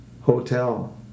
hotel